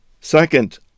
Second